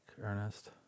Ernest